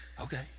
Okay